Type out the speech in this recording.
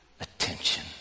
attention